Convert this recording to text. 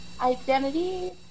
identity